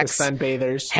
Sunbathers